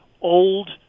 Old